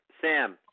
Sam